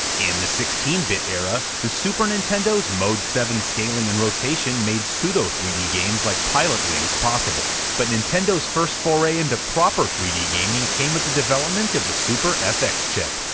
in the sixteen bit era, the super nintendo's mode seven scaling and rotation made pseudo three d games like pilotwings possible, but nintendo's first foray into proper three d gaming came with the development of the super fx chip,